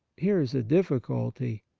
here is a difficulty.